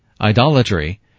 idolatry